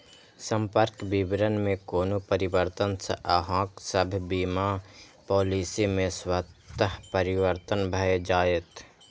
संपर्क विवरण मे कोनो परिवर्तन सं अहांक सभ बीमा पॉलिसी मे स्वतः परिवर्तन भए जाएत